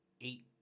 eight